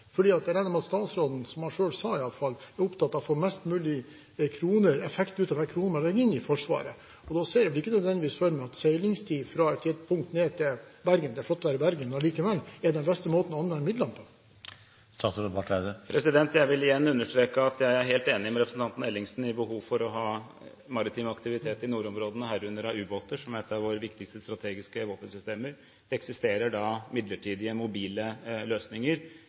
statsråden, som han selv sa, er opptatt av å få mest mulig effekt ut av hver krone man legger inn i Forsvaret. Og da ser jeg ikke nødvendigvis for meg at seilingstid fra et gitt punkt og ned til Bergen – det er flott i Bergen, men allikevel – er den beste måten å anvende midlene på. Jeg vil igjen understreke at jeg er helt enig med representanten Ellingsen i behovet for å ha maritim aktivitet i nordområdene, herunder av ubåter, som er et av våre viktigste strategiske våpensystemer. Det eksisterer da midlertidige mobile løsninger,